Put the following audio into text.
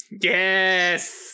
Yes